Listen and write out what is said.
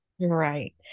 Right